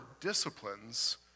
disciplines